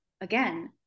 again